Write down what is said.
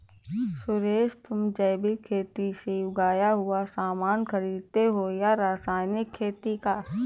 सुरेश, तुम जैविक खेती से उगाया हुआ सामान खरीदते हो या रासायनिक खेती का उगाया हुआ?